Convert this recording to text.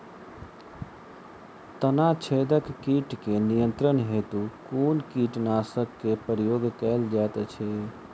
तना छेदक कीट केँ नियंत्रण हेतु कुन कीटनासक केँ प्रयोग कैल जाइत अछि?